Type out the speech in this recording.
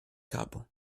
capo